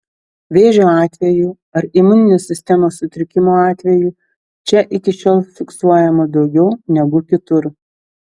vėžio atvejų ar imuninės sistemos sutrikimo atvejų čia iki šiol fiksuojama daugiau negu kitur